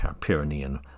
Pyrenean